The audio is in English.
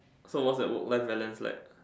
so what's your work life balance like